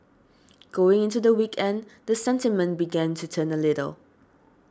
going into the weekend the sentiment began to turn a little